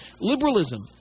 liberalism